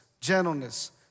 gentleness